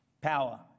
power